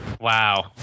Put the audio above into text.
wow